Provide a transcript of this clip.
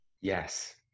Yes